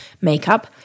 makeup